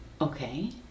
Okay